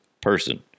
person